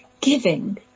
Giving